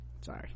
sorry